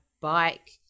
bike